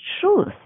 truth